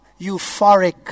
euphoric